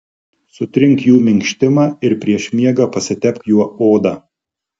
sutrink jų minkštimą ir prieš miegą pasitepk juo odą